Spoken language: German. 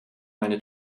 meine